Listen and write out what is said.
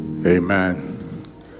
Amen